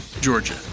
Georgia